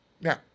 now